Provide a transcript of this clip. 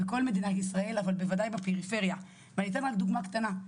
בכל מדינת ישראל אבל בוודאי בפריפריה ואני רק דוגמא קטנה,